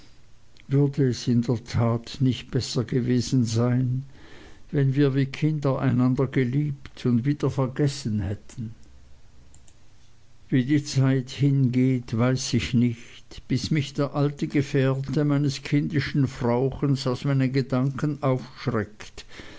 würde es in der tat nicht besser gewesen sein wenn wir wie kinder einander geliebt und wieder vergessen hätten wie die zeit dahin geht weiß ich nicht bis mich der alte gefährte meines kindischen frauchens aus meinen gedanken aufschreckt